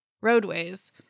roadways